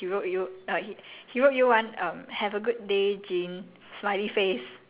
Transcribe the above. uh what was it have a good year j~ jie min then after that he wrote you uh he